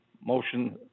Motion